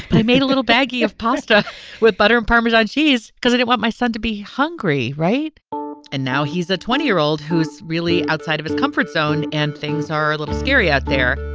i made a little baggie of pasta with butter and parmesan cheese because i don't want my son to be hungry. right and now he's a twenty year old who's really outside of his comfort zone. and things are a little scary out there